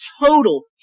total